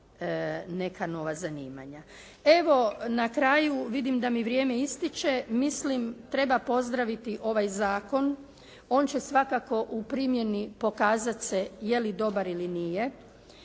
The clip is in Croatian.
neka nova zanimanja. Evo, na kraju, vidim da mi vrijeme ističe, mislim treba pozdraviti ovaj zakon. On će svakako u primjeni pokazati se je li dobar ili nije.